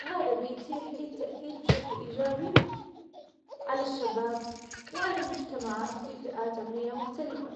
وهذا بيتيح لي التأثير بشكل ايجابي على الشباب وعلى المجتمعات في فئات عمرية مختلفة